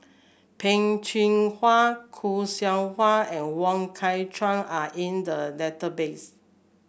Peh Chin Hua Khoo Seok Wan and Wong Kah Chun are in the database